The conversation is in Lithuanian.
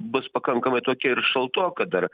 bus pakankamai tokia ir šaltoka dar